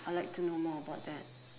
I like to know more about that